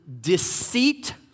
deceit